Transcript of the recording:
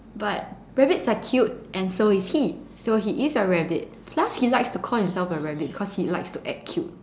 but rabbits are cute and so is he so he is a rabbit plus he likes to call himself a rabbit cause he likes to act cute